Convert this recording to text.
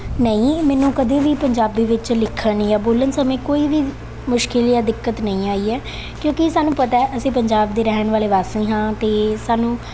ਨਹੀਂ ਮੈਨੂੰ ਕਦੇ ਵੀ ਪੰਜਾਬੀ ਵਿੱਚ ਲਿਖਣ ਜਾਂ ਬੋਲਣ ਸਮੇਂ ਕੋਈ ਵੀ ਮੁਸ਼ਕਲ ਜਾਂ ਦਿੱਕਤ ਨਹੀਂ ਆਈ ਹੈ ਕਿਉਂਕਿ ਸਾਨੂੰ ਪਤਾ ਅਸੀਂ ਪੰਜਾਬ ਦੇ ਰਹਿਣ ਵਾਲੇ ਵਾਸੀ ਹਾਂ ਅਤੇ ਸਾਨੂੰ